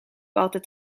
altijd